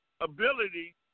ability